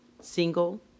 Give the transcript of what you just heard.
single